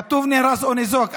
כתוב: נהרס או ניזוק.